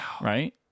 right